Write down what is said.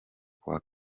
kuwa